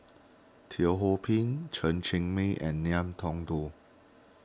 Teo Ho Pin Chen Cheng Mei and Ngiam Tong Dow